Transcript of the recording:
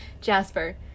Jasper